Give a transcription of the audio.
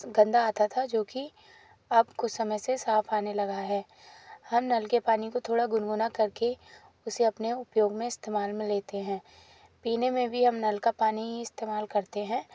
गंदा आता था जो कि अब कुछ समय से साफ आने लगा है हम नल के पानी को थोड़ा गुनगुना करके उसे अपने उपयोग में इस्तेमाल में लेते हैं पीने में भी हम नल का पानी ही इस्तेमाल करते हैं